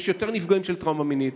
יש יותר נפגעים של טראומה מינית.